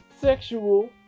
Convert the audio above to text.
sexual